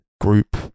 group